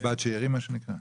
קצבת שאירים מה שנקרא.